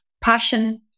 passion